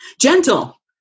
gentle